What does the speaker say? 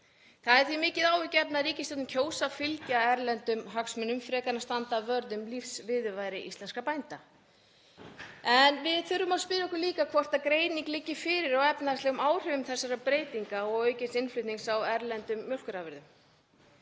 Það er því mikið áhyggjuefni að ríkisstjórnin kjósi að fylgja erlendum hagsmunum frekar en að standa vörð um lífsviðurværi íslenskra bænda. Við þurfum að spyrja okkur líka hvort greining liggi fyrir á efnahagslegum áhrifum þessara breytinga og aukins innflutnings á erlendum mjólkurafurðum.